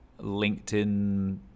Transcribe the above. LinkedIn